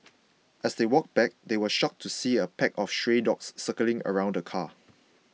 as they walked back they were shocked to see a pack of stray dogs circling around the car